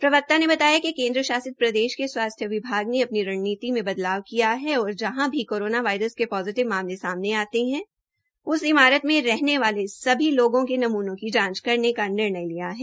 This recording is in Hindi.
प्रवक्ता ने बताया कि केन्द्र शासित प्रदेश के स्वास्थ्य विभाग ने अपनी रणनीति में बदलाव किया है और जहां भी कोरोना पोजिटिव मामले आते है उस इमारत में रहने वाले लोगों के नमूनों की जांच करने का निर्णय लिया है